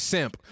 Simp